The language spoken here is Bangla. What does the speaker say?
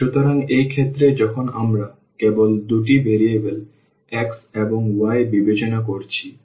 সুতরাং এই ক্ষেত্রে যখন আমরা কেবল দুটি ভেরিয়েবল x এবং y বিবেচনা করছি